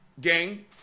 gang